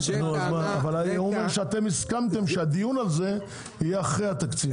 הוא אומר שאתם הסכמתם שהדיון הזה יהיה אחרי התקציב.